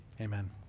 amen